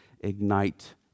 ignite